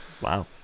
Wow